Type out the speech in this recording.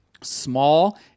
Small